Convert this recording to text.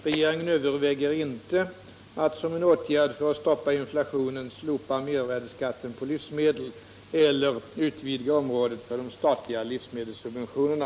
Regeringen överväger inte att som en åtgärd för att stoppa inflationen slopa mervärdeskatten på livsmedel eller utvidga området för de statliga livsmedelssubventionerna.